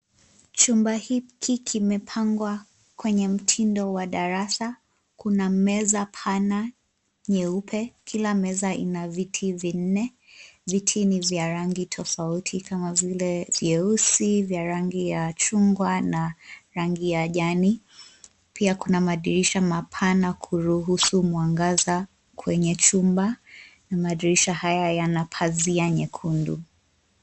Chumba hiki kimepangwa kwenye mtindo wa darasa kuna meza pana nyeupe kila meza ina viti vinne. Viti ni vya rangi tofauti kama vile vyeusi, vya rangi ya chungwa na rangi ya jani, pia kuna madirisha mapana kuruhusu mwangaza kwenye chumba madirisha haya yana pazia nyekundu.